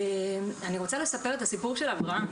אני רוצה לספר את הסיפור של אברהם.